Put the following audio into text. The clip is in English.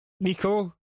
Nico